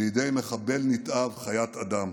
בידי מחבל נתעב, חיית אדם,